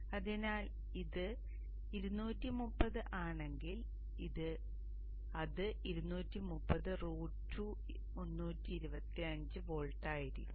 അതിനാൽ ഇത് 230 ആണെങ്കിൽ അത് 230 √2 325 വോൾട്ട് ആയിരിക്കും